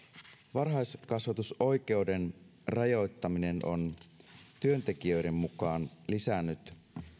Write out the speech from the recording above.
varhaiskasvatusoikeuden rajoittaminen on työntekijöiden mukaan lisännyt